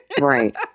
right